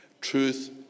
Truth